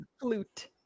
Flute